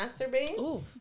masturbate